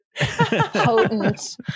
Potent